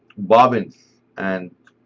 bobbins and